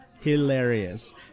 hilarious